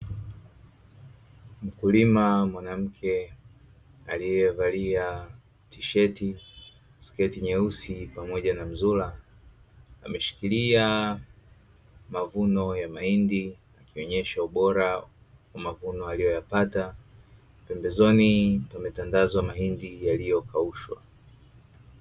mkulima mwanamke aliyevalia tisheti, sketi nyeusi, pamoja na mzula, ameshikilia mavuno ya mahindi yakionyesha ubora wa mavuno aliyoyapata pembezoni pametandazwa mahindi yaliyokaushwa.